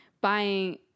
buying